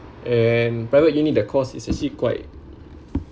and private uni the course it's actually quite